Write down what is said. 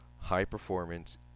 high-performance